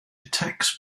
attacks